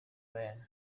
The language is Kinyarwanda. bayama